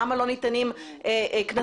למה לא ניתנים קנסות?